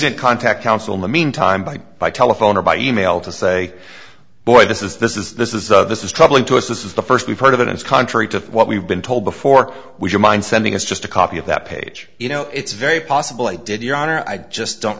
didn't contact counsel in the meantime by by telephone or by e mail to say boy this is this is this is a this is troubling to us this is the first we've heard of it is contrary to what we've been told before would you mind sending us just a copy of that page you know it's very possible i did your honor i just don't